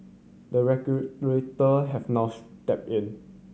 the regulator have now step in